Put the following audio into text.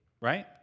right